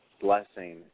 blessing